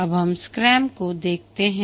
अब हम स्क्रेम को देखते हैं